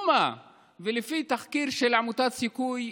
לפי תחקיר של עמותת סיכוי,